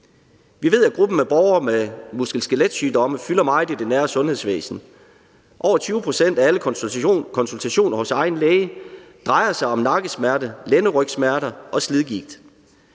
Vi ved, at gruppen af borgere med muskel- og skeletsygdomme fylder meget i det nære sundhedsvæsen. Over 20 pct. af alle konsultationer hos egen læge drejer sig om nakkesmerter, lændesmerter og slidgigt.